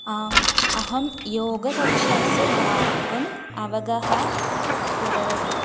आम् अहं योगकक्षासु भागम् अवगमः कृतवती